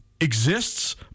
exists